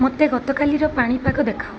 ମୋତେ ଗତକାଲିର ପାଣିପାଗ ଦେଖାଅ